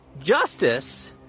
justice